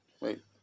Wait